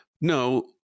no